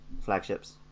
flagships